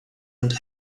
und